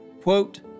Quote